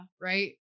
right